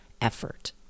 effort